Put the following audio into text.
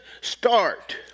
start